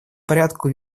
порядку